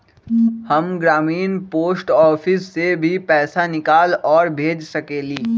हम ग्रामीण post office से भी पैसा निकाल और भेज सकेली?